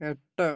എട്ട്